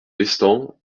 lestang